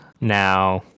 Now